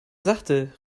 sachte